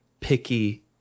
picky